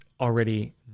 already